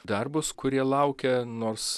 darbus kurie laukia nors